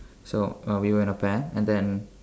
so uh we were in a pair and then